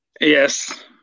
Yes